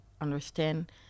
understand